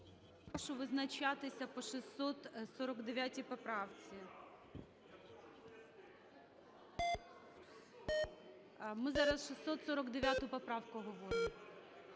Прошу визначатися по 649 поправці. Ми зараз 649 поправку говоримо.